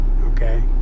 Okay